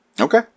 Okay